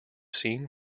seen